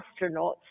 astronauts